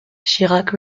chirac